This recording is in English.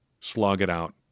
slog-it-out